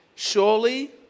Surely